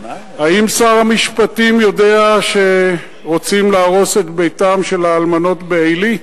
האם שר המשפטים יודע שרוצים להרוס את בתיהן של האלמנות בעלי?